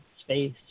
space